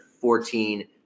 fourteen